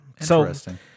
Interesting